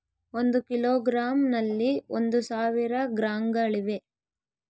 ಒಂದು ಕಿಲೋಗ್ರಾಂ ನಲ್ಲಿ ಒಂದು ಸಾವಿರ ಗ್ರಾಂಗಳಿವೆ